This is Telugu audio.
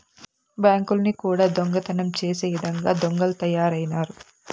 బ్యాంకుల్ని కూడా దొంగతనం చేసే ఇదంగా దొంగలు తయారైనారు